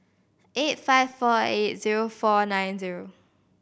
eight five four eight zero four nine zero